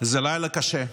זה לילה קשה.